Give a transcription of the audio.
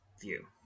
View